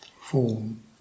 form